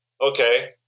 okay